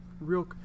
real